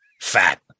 fat